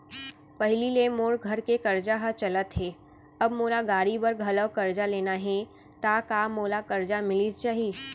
पहिली ले मोर घर के करजा ह चलत हे, अब मोला गाड़ी बर घलव करजा लेना हे ता का मोला करजा मिलिस जाही?